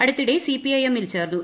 അടുത്തിടെ C P I എമ്മിൽ ചേർന്നു